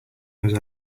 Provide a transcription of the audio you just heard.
knows